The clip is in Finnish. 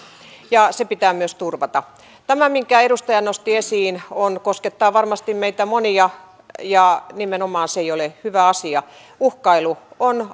ja se pitää myös turvata tämä minkä edustaja nosti esiin koskettaa varmasti meitä monia ja nimenomaan se ei ole hyvä asia uhkailu on